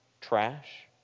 trash